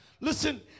Listen